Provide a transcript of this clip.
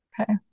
Okay